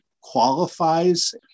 qualifies